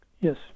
Yes